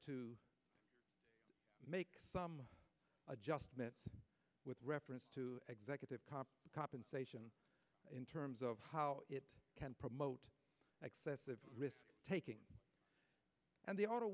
to make some adjustment with reference to executive comp compensation in terms of how it can promote excessive risk taking and the auto